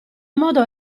modo